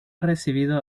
recibido